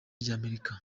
ry’amerika